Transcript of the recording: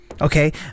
Okay